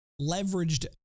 leveraged